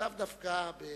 ולאו דווקא במין